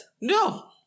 No